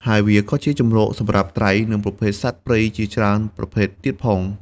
ហើយវាក៏ជាជម្រកសម្រាប់ត្រី និងប្រភេទសត្វព្រៃជាច្រើនប្រភេទទៀតផង។